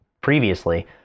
previously